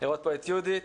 לראות פה את יהודית,